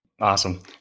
Awesome